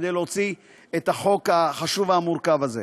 כדי להוציא את החוק החשוב והמורכב הזה.